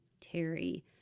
Terry